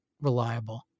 reliable